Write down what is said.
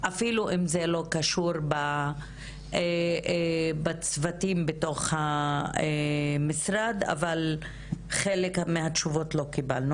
אפילו אם זה לא קשור בצוותים בתוך המשרד - אבל חלק מהתשובות לא קיבלנו.